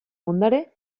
ondare